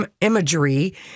imagery